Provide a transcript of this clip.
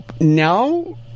Now